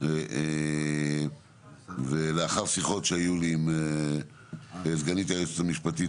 אי אפשר לעשות את זה בבחירות של הרשויות המקומיות בגלל